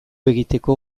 egiteko